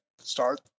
start